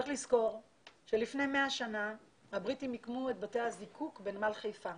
צריך לזכור שלפני 100 שנה הבריטים מיקמו את בתי הזיקוק בנמל חיפה